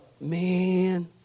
man